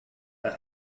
that